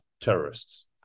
terrorists